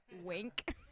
Wink